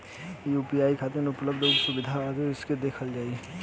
UPI खातिर उपलब्ध आउर सुविधा आदि कइसे देखल जाइ?